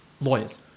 lawyers